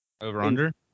Over-under